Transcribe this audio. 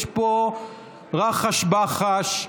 יש פה רחש בחש.